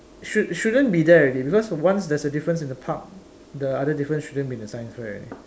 should shouldn't be there already because once there's a difference in the park the other difference shouldn't be in the science fair already